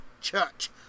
church